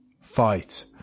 fight